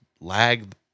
lag